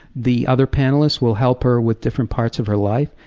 the other panelists will help her with different parts of her life,